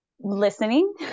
listening